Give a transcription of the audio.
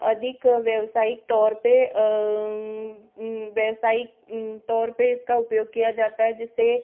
अधिक व्यवसायिक तौर पर व्यवसायिक तौर पर इसका उपयोग किया जाता है जिससे